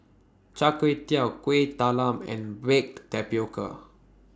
Char Kway Teow Kuih Talam and Baked Tapioca